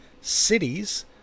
Cities